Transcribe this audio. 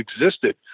existed